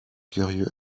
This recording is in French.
curieux